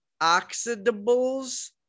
oxidables